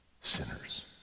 sinners